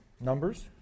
numbers